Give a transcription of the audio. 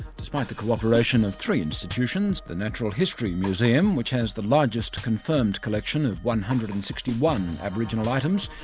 despite the co-operation of three institutions, the natural history museum which has the largest confirmed collection of one hundred and sixty one aboriginal items,